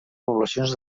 poblacions